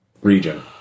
region